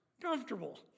Comfortable